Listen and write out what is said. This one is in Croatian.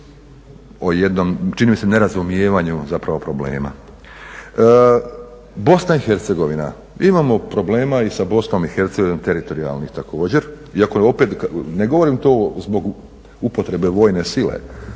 o jednom čini mi se nerazumijevanju zapravo problema.